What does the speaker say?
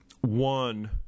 one